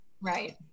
Right